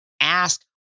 ask